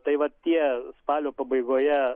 tai vat tie spalio pabaigoje